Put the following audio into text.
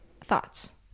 thoughts